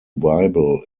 bible